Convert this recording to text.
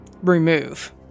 remove